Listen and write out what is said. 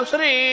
Sri